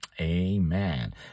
Amen